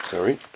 Sorry